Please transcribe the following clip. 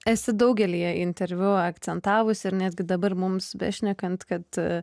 esi daugelyje interviu akcentavusi ir netgi dabar mums bešnekant kad